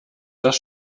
das